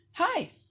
Hi